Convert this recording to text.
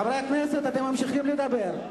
חברי הכנסת, אתם ממשיכים לדבר.